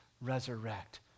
resurrect